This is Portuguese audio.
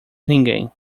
ninguém